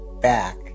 back